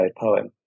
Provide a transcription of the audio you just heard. poem